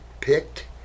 picked